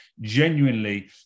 genuinely